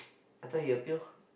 I thought he appeal